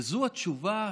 זו התשובה?